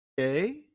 Okay